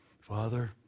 father